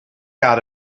out